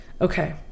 Okay